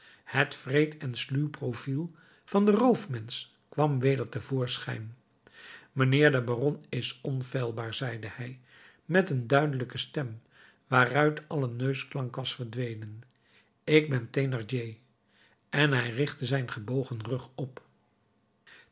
het wreed en sluw profiel van den roofmensch kwam weder te voorschijn mijnheer de baron is onfeilbaar zeide hij met een duidelijke stem waaruit alle neusklank was verdwenen ik ben thénardier en hij richtte zijn gebogen rug op